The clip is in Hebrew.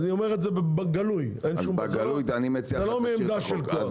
אני אומר את זה בגלוי, לא מעמדה של כוח.